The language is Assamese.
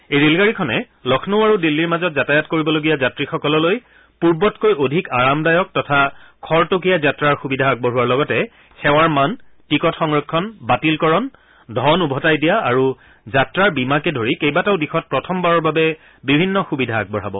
এই ৰেলগাড়ীখনে লক্ষ্ণৌ আৰু দিল্লীৰ মাজত যাতায়াত কৰিবলগীয়া যাত্ৰীসকললৈ পূৰ্বতকৈ অধিক আৰামদায়ক তথা খৰতকীয়া যাত্ৰাৰ সুবিধা আগবঢ়োৱাৰ লগতে সেৱাৰ মান টিকট সংৰক্ষণ বাতিলকৰণ ধন ওভতাই দিয়া আৰু যাত্ৰাৰ বীমাকে ধৰি কেইবাটাও দিশত প্ৰথমবাৰৰ বাবে বিভিন্ন সূবিধা আগবঢ়াব